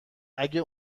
اگه